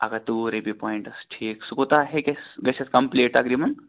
اکھ ہتھ تہٕ وُہ رۄپیہ پۄینٹَس ٹھیٖک سُہ کوتاہ ہیٚکہِ اَسہِ گٔژھِتھ کمپلیٖٹ تقریباً